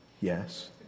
Yes